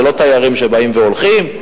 זה לא תיירים שבאים והולכים.